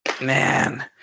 man